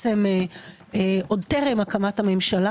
עוד טרם הקמת הממשלה,